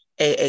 AA